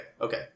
okay